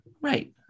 Right